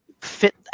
fit